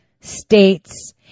States